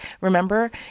Remember